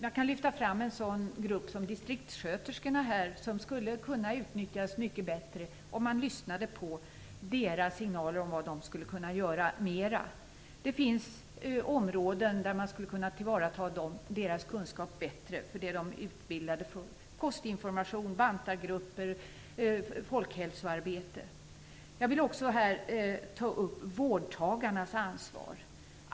Jag kan lyfta fram en sådan grupp som distriktssköterskorna, som skulle kunna utnyttjas mycket bättre om man lyssnade på deras signaler om vad de skulle kunna göra mer. Det finns områden där man skulle kunna tillvarata deras kunskap bättre, till det de är utbildade för: kostinformation, bantargrupper, folkhälsoarbete. Jag vill också här ta upp vårdtagarnas ansvar.